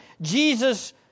Jesus